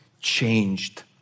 changed